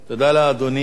תודה לאדוני,